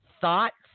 thoughts